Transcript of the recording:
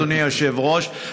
אדוני היושב-ראש,